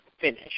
finish